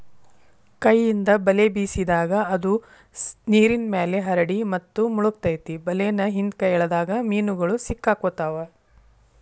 ಕೈಯಿಂದ ಬಲೆ ಬೇಸಿದಾಗ, ಅದು ನೇರಿನ್ಮ್ಯಾಲೆ ಹರಡಿ ಮತ್ತು ಮುಳಗತೆತಿ ಬಲೇನ ಹಿಂದ್ಕ ಎಳದಾಗ ಮೇನುಗಳು ಸಿಕ್ಕಾಕೊತಾವ